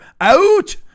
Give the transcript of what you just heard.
Out